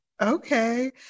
okay